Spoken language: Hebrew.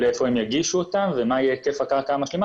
להיכן יגישו אותן ומה יהיה היקף הקרקע המשלימה